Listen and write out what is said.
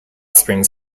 springs